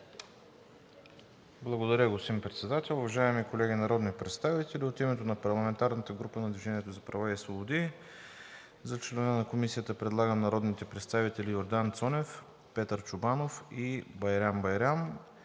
Благодаря, господин Председател. Уважаеми колеги народни представители, от името на парламентарната група на „Движение за права и свободи“ за членове на Комисията предлагам народните представители: Йордан Цонев, Петър Чобанов и Байрям Байрям,